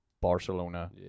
barcelona